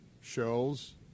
shows